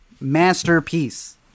Masterpiece